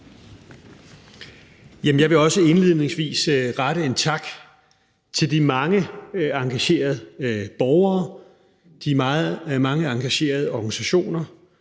Jeg vil også indledningsvis rette en tak til de mange engagerede borgere, de mange engagerede organisationer,